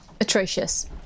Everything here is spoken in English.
Atrocious